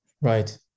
Right